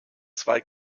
zwei